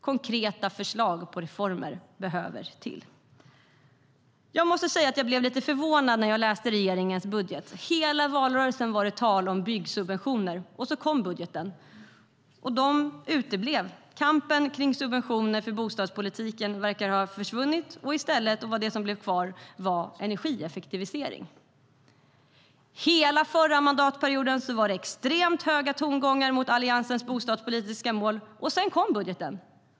Konkreta förslag på reformer måste till. Hela valrörelsen var det tal om byggsubventioner. Så kom budgeten, och de uteblev. Kampen kring subventioner för bostadspolitiken verkar ha försvunnit. Det som blev kvar var energieffektivisering. Hela förra mandatperioden var det extremt hårda tongångar mot Alliansens bostadspolitiska mål. Sedan kom budgeten.